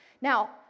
Now